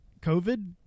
COVID